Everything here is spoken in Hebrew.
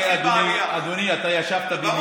אתה הרי, אדוני, אתה ישבת בממשלה.